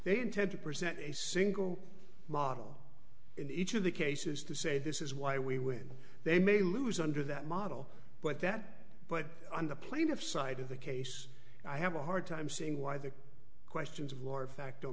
they intend to present a single model in each of the cases to say this is why we would they may lose under that model but that but on the plaintiff's side of the case i have a hard time seeing why the questions of war facto